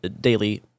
Daily